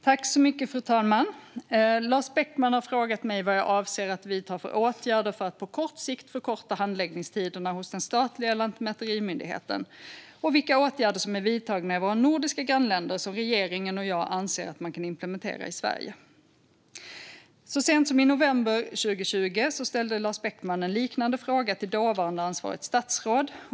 Fru talman! Lars Beckman har frågat mig vad jag avser att vidta för åtgärder för att på kort sikt förkorta handläggningstiderna hos den statliga lantmäterimyndigheten och vilka åtgärder som är vidtagna i våra nordiska grannländer som regeringen och jag anser att man kan implementera i Sverige. Så sent som i november 2020 ställde Lars Beckman en liknande fråga till dåvarande ansvarigt statsråd.